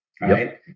right